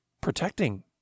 protecting